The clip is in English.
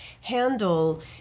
handle